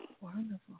Wonderful